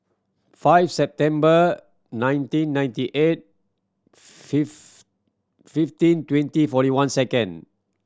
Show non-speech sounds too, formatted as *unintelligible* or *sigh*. five September nineteen ninety eight *unintelligible* fifteen twenty forty one second